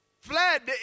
fled